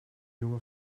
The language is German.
junge